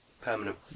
permanent